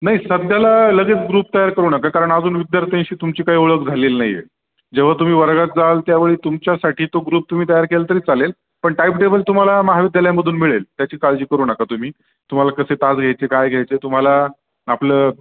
नाही सध्या लगेच ग्रुप तयार करू नका कारण अजून विद्यार्थ्यांशी तुमची काही ओळख झालेली नाही आहे जेव्हा तुम्ही वर्गात जाल त्यावेळी तुमच्यासाठी तो ग्रुप तुम्ही तयार केला तरी चालेल पण टाईम टेबल तुम्हाला महाविद्यालयामधून मिळेल त्याची काळजी करू नका तुम्ही तुम्हाला कसे तास घ्यायचे काय घ्यायचे तुम्हाला आपलं